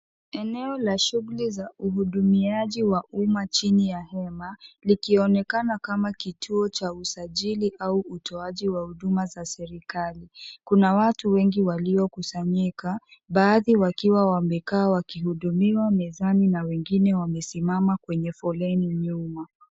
Eneo la shughuli za uhudumiaji wa uma chini ya hema likionekana kama kituo cha usajili au utoaji wa huduma za serikali kuna watu wengi walio kusanyika baadhi wakiwa wamekaa wakihudumiwa mezani na wengine wamesimama kwenye foleni nyuma.